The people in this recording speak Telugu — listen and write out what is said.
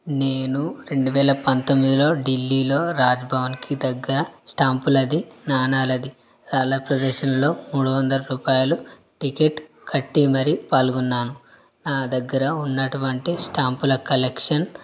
నేను రెండువేల పంతొమ్మిదిలో ఢిల్లీలో రాజభవన్కి దగ్గర స్టాంప్లది నాణేలది యాల ప్రదేశంలో మూడు వందల రూపాయలు టికెట్ కట్టి మరి పాల్గొన్నాను నా దగ్గర ఉన్నటువంటి స్టాంపుల కలెక్షన్